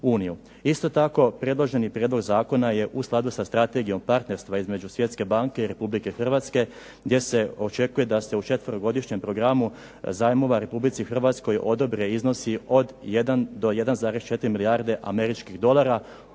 Isto tako predloženi prijedlog zakona je u skladu sa strategijom partnerstva između Svjetske banke i Republike Hrvatske, gdje se očekuje da ste u četverogodišnjem programu zajmova u Republici Hrvatskoj odobre iznosi od 1 do 1,4 milijarde američkih dolara,